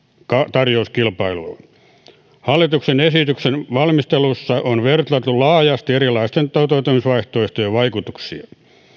tarjouskilpailuilla hallituksen esityksen valmistelussa on vertailtu laajasti erilaisten toteuttamisvaihtoehtojen vaikutuksia